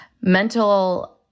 Mental